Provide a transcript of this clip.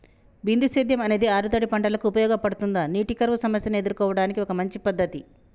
బిందు సేద్యం అనేది ఆరుతడి పంటలకు ఉపయోగపడుతుందా నీటి కరువు సమస్యను ఎదుర్కోవడానికి ఒక మంచి పద్ధతి?